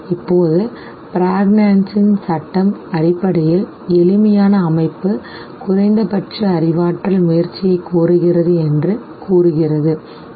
இப்போது ப்ராக்னான்ஸின் சட்டம்law of Prägnanz அடிப்படையில் எளிமையான அமைப்பு குறைந்தபட்ச அறிவாற்றல் முயற்சியைக் கோருகிறது என்று கூறுகிறது சரி